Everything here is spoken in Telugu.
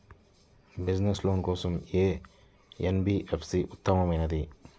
బిజినెస్స్ లోన్ కోసం ఏ ఎన్.బీ.ఎఫ్.సి ఉత్తమమైనది?